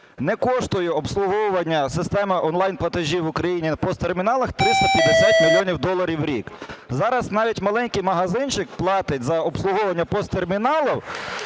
Не коштує обслуговування системи онлайн-платежів в Україні в POS-терміналах 350 мільйонів доларів в рік. Зараз навіть маленький магазинчик платить за обслуговування POS-терміналу